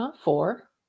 four